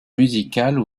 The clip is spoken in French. musicales